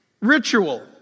ritual